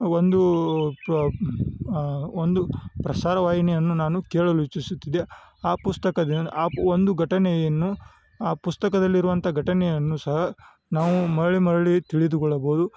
ಒಂದು ಪ್ರ ಒಂದು ಪ್ರಸಾರ ವಾಹಿನಿಯನ್ನು ನಾನು ಕೇಳಲು ಇಚ್ಚಿಸುತ್ತಿದ್ದೆ ಆ ಪುಸ್ತಕದ ಆ ಪು ಒಂದು ಘಟನೆಯನ್ನು ಆ ಪುಸ್ತಕದಲ್ಲಿ ಇರುವಂಥ ಘಟನೆ ಅನ್ನು ಸಹ ನಾವು ಮರಳಿ ಮರಳಿ ತಿಳಿದುಕೊಳ್ಳಬೋದು